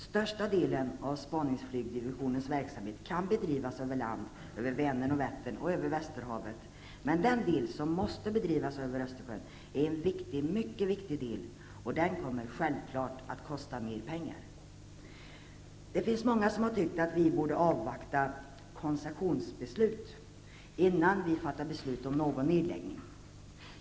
Största delen av spaningsflygdivisionens verksamhet kan bedrivas över land, över Vänern och Vättern och över västerhavet. Men den del som måste bedrivas över Östersjön är en mycket viktig del, och den kommer självklart att kosta mer pengar. Det är många som har tyckt att vi borde avvakta koncessionsbeslut innan vi fattar beslut om någon nedläggning.